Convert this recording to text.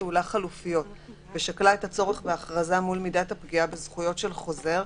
פעולה חלופיות ושקלה את הצורך בהכרזה מול מידת הפגיעה בזכויות של חוזר,